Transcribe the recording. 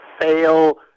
fail